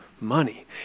money